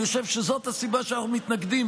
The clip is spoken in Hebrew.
אני חושב שזאת הסיבה שאנחנו מתנגדים,